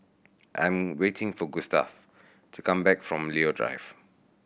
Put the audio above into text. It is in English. I am waiting for Gustave to come back from Leo Drive